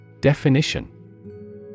Definition